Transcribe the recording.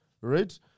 right